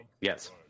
Yes